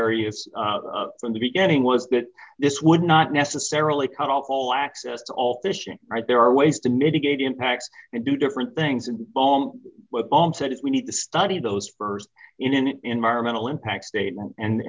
it's from the beginning was that this would not necessarily cut off all access to all fishing right there are ways to mitigate impacts and do different things and boem boem said if we need to study those st in an environmental impact statement